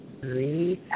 breathe